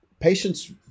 patients